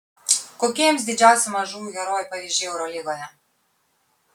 kokie jums didžiausi mažųjų herojų pavyzdžiai eurolygoje